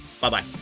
Bye-bye